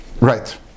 right